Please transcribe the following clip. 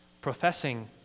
professing